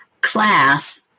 class